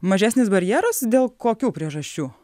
mažesnis barjeras dėl kokių priežasčių